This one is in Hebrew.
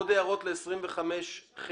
עוד הערות לסעיף 25ח(א)?